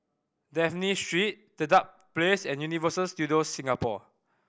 Dafne Street Dedap Place and Universal Studios Singapore